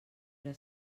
era